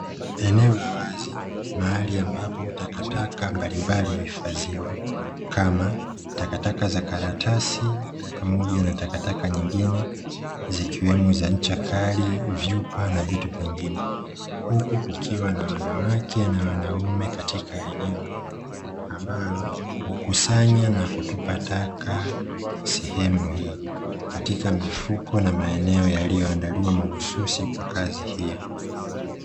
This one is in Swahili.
Eneo la wazi mahali ambapo tataka mbalimbali huifadhiwa kama takataka za karatasi pamoja na takataka nyingine zikiwemo za chakula, vyupa na vitu vingine. Huku kukiwa na wanawake na wanaume katika eneo ambalo hukusanya na kutupa taka sehemu hiyo katika mifuko na maeneo yaliyoandaliwa mahususi kwa kazi hiyo.